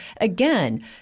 again